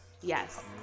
Yes